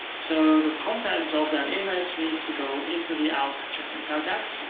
so the contents of that image needs to go into the alt attribute. now that's